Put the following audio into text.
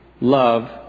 Love